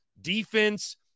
defense